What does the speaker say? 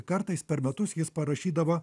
kartais per metus jis parašydavo